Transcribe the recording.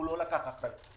הוא לא לקח אחריות.